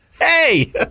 Hey